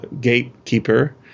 gatekeeper